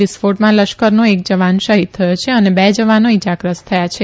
વિસ્ફોટમા લશ્કરનો એક જવાન શહીદ થયો છે અને બે જવાનો ઇજાગ્રસ્ત થયા છે